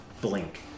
blink